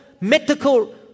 medical